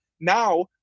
now